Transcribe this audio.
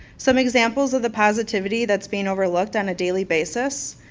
some examples of the positivity that's being overlooked on a daily basis,